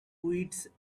wits